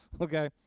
Okay